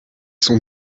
sont